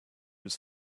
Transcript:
was